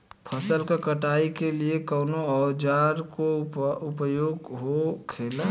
फसल की कटाई के लिए कवने औजार को उपयोग हो खेला?